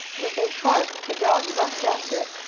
with a bark the dog rushed after it.